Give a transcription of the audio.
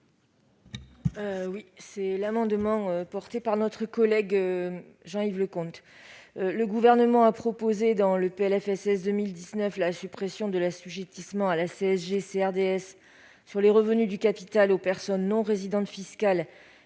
s'agit d'un amendement déposé par notre collègue Jean-Yves Leconte. Le Gouvernement a proposé dans le PLFSS pour 2019 la suppression de l'assujettissement à la CSG et à la CRDS des revenus du capital des personnes non résidentes fiscales,